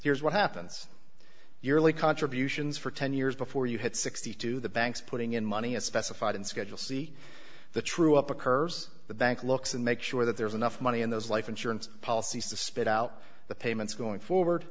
here's what happens your early contributions for ten years before you hit sixty two the banks putting in money as specified in schedule c the true up occurs the bank looks and make sure that there's enough money in those life insurance policies to spit out the payments going forward